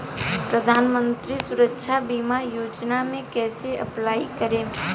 प्रधानमंत्री सुरक्षा बीमा योजना मे कैसे अप्लाई करेम?